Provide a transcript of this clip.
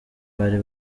bari